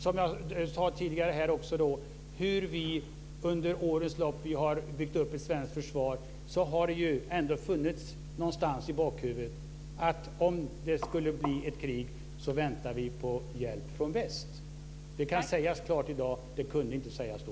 Som jag sade tidigare: Hur vi under årens lopp än har byggt upp ett svenskt försvar så har det ändå funnits någonstans i bakhuvudet att om det skulle bli ett krig väntar vi på hjälp från väst. Det kan sägas klart i dag. Det kunde inte sägas då.